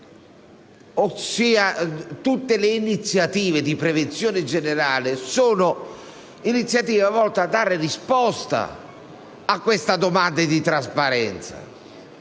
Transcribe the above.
tutte le iniziative di prevenzione generale sono volte a dare risposta a questa domanda di trasparenza,